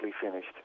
finished